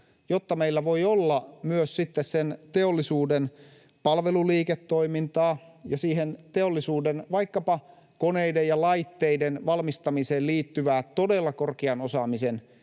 jotta meillä voi olla myös sitten sen teollisuuden palveluliiketoimintaa ja siihen teollisuuden vaikkapa koneiden ja laitteiden valmistamiseen liittyvää todella korkean osaamisen